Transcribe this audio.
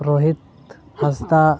Rohit Hansda